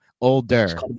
Older